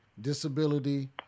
disability